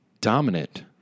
Dominant